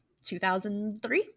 2003